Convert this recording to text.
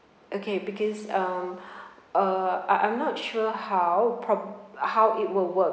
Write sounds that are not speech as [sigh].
okay because um [breath] uh I I'm not sure how pro~ how it will work